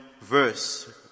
verse